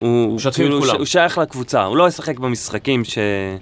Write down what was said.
הוא שייך לקבוצה, הוא לא ישחק במשחקים ש...